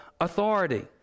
authority